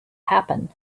happen